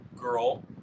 Girl